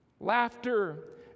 Laughter